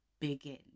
begin